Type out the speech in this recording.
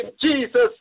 Jesus